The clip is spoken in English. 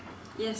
yes